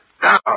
down